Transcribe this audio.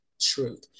truth